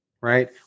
right